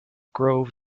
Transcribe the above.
grove